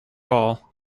all